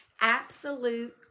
Absolute